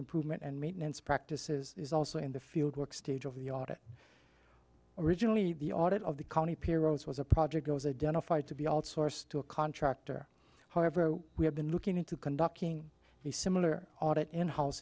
improvement and maintenance practices is also in the field work stage of the audit originally the audit of the county pierrot's was a project goes identified to be outsourced to a contractor however we have been looking into conducting a similar audit and house